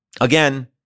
Again